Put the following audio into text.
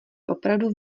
opravdu